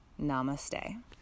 Namaste